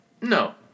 No